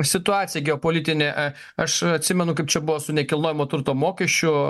situacija geopolitinė aš atsimenu kaip čia buvo su nekilnojamo turto mokesčiu